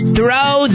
Throw